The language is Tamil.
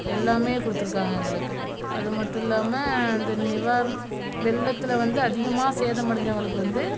எல்லாம் கொடுத்துருக்காங்க எங்களுக்கு அது மட்டும் இல்லாமல் இந்த நிவார வெள்ளத்தில் வந்து அதிகமாக சேதம் அடைஞ்சவங்களுக்கு வந்து